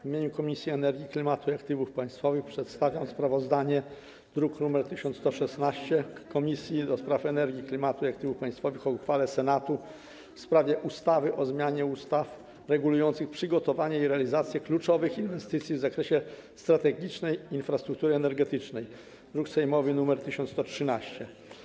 W imieniu Komisji do Spraw Energii, Klimatu i Aktywów Państwowych przedstawiam sprawozdanie, druk nr 1116, Komisji do Spraw Energii, Klimatu i Aktywów Państwowych o uchwale Senatu w sprawie ustawy o zmianie ustaw regulujących przygotowanie i realizację kluczowych inwestycji w zakresie strategicznej infrastruktury energetycznej, druk sejmowy nr 1113.